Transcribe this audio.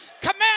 Command